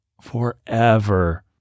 forever